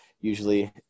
usually